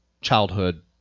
childhood